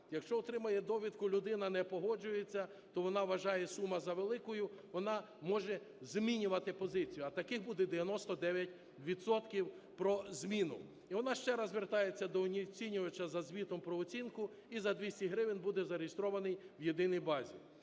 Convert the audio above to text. Якщо отримує довідку і людина не погоджується, вона вважає суму завеликою, вона може змінювати позицію, а таких буде 99 відсотків, про зміну. І вона ще раз звертається до оцінювача за звітом про оцінку, і за 200 гривень буде зареєстрований в єдиній базі.